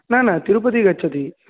न न तिरुपति गच्छति